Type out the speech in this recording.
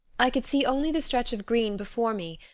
i could see only the stretch of green before me,